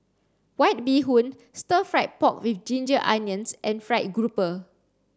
white bee hoon stir fried pork with ginger onions and fried grouper